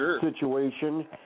situation